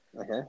Okay